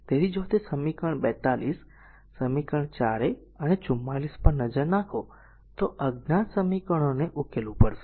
તેથી જો તે સમીકરણ 42 સમીકરણ 4a અને 44 પર નજર નાખો તો અજ્ઞાત સમીકરણોને ઉકેલવું પડશે